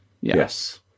Yes